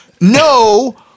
No